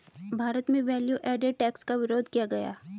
भारत में value added tax का विरोध किया गया